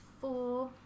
four